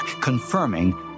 confirming